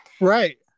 right